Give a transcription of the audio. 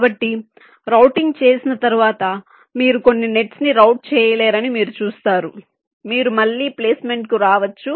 కాబట్టి రౌటింగ్ చేసిన తర్వాత మీరు కొన్ని నెట్స్ ని రౌట్ చేయలేరని మీరు చూస్తారు మీరు మళ్ళీ ప్లేస్మెంట్కు రావచ్చు